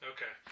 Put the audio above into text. Okay